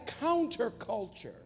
counterculture